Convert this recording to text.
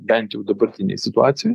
bent jau dabartinėj situacijoj